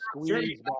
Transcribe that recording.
squeeze